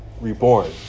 reborn